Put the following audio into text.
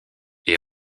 est